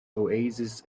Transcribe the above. oasis